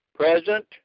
Present